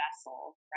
vessel